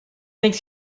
makes